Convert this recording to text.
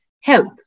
health